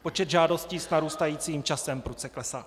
Počet žádostí s narůstajícím časem prudce klesá.